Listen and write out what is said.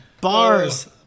Bars